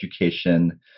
education